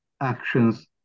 actions